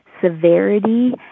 severity